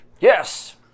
Yes